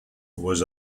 was